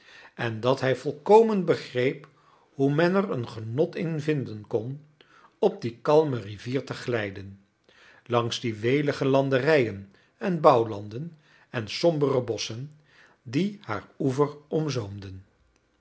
en dat hij volkomen begreep hoe men er een genot in vinden kon op die kalme rivier te glijden langs die welige landerijen en bouwlanden en sombere bosschen die haar